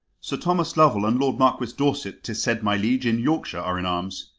sir thomas lovel and lord marquis dorset, tis said, my liege, in yorkshire are in arms.